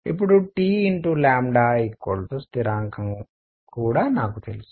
ఇప్పుడు Tస్థిరాంకం కూడా నాకు తెలుసు